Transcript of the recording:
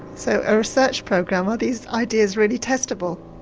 so, a research program? are these ideas really testable?